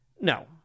No